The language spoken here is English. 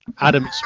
Adam